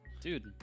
Dude